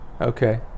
Okay